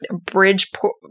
Bridgeport